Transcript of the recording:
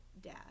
dad